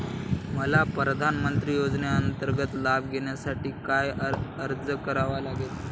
मला प्रधानमंत्री योजनेचा लाभ घेण्यासाठी काय अर्ज करावा लागेल?